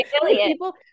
people